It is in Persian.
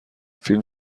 فیلم